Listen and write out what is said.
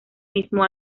mismo